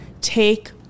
Take